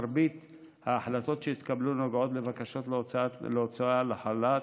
מרבית ההחלטות שהתקבלו נוגעות לבקשות להוצאה לחל"ת,